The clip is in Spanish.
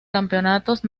campeonatos